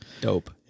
dope